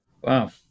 Wow